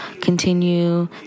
continue